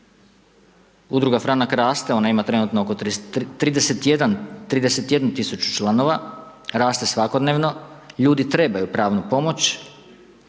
Udruga Franka raste, ona ima trenutno oko 31 tisuću članova, raste svakodnevno, ljudi trebaju pravnu pomoć,